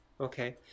okay